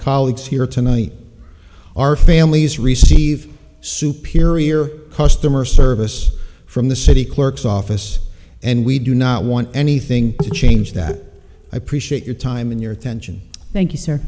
colleagues here tonight our families receive superior customer service from the city clerk's office and we do not want anything to change that i appreciate your time and your attention thank you sir